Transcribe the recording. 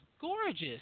gorgeous